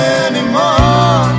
anymore